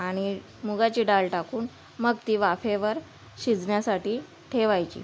आणि मुगाची डाळ टाकून मग ती वाफेवर शिजण्यासाठी ठेवायची